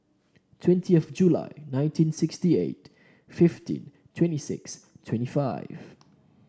twentieth July nineteen sixty eight fifteen twenty six twenty five